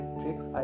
tricks